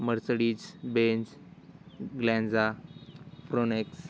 Mercedes Benz Glanza Fronx